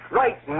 right